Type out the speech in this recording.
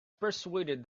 persuaded